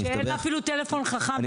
קשישה שאין לה אפילו טלפון חכם,